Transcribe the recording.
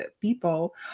people